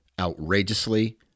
outrageously